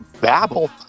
Babble